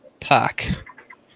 pack